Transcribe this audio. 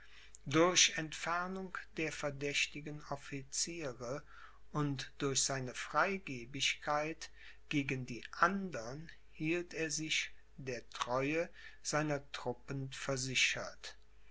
durch entfernung der verdächtigen officiere und durch seine freigebigkeit gegen die andern hielt er sich der treue seiner truppen versichert